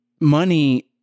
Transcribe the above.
money